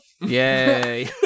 Yay